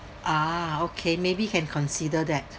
ah okay maybe can consider that